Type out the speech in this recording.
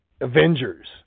Avengers